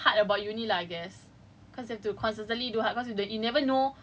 ya exactly exactly ya which is which is hard about uni lah I guess